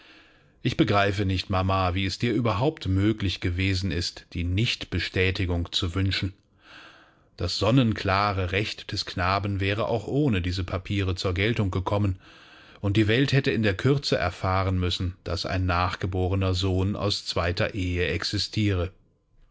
ich begreife nicht mama wie es dir überhaupt möglich gewesen ist die nichtbestätigung zu wünschen das sonnenklare recht des knaben wäre auch ohne diese papiere zur geltung gekommen und die welt hätte in der kürze erfahren müssen daß ein nachgeborener sohn aus zweiter ehe existiere